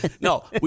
No